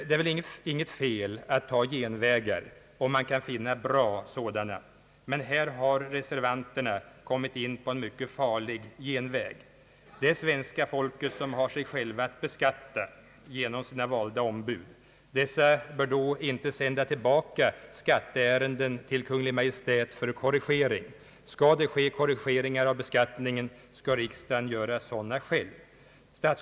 Det är inget fel att ta genvägar, om man kan finna bra sådana, men här har reservanterna kommit in på en mycket farlig genväg. Det är svenska folket som har att sig självt beskatta genom sina valda ombud. Dessa bör då inte sända tillbaka skatteärenden till Kungl. Maj:t för korrigering. Skall det ske korrigeringar av beskattningen, skall riksdagen göra korrigeringarna själv.